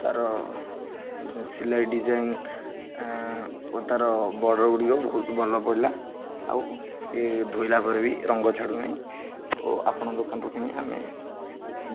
ତା'ର ସିଲାଇ ଡିଜାଇନ ଓ ତା'ର ବର୍ଡ଼ର ଗୁଡ଼ିକ ବହୁତ ଭଲ ପଡ଼ିଲା ଆଉ ଇ ଧୋଇଲା ପରେ ବି ରଙ୍ଗ ଛାଡ଼ୁନି ଓ ଆପଣ ଦୋକାନରୁ କିଣି ଆମେ